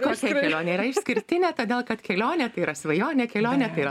kokia kelionė yra išskirtinė todėl kad kelionė tai yra svajonė kelionė yra